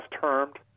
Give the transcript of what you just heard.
termed